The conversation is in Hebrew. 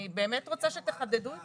אני באמת רוצה שתחדדו את זה.